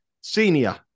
senior